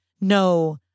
no